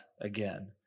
again